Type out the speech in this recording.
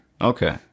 Okay